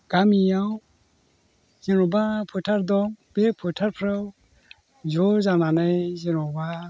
गामियाव जेनेबा फोथार दं बे फोथारफोराव ज' जानानै जेनेबा